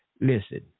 Listen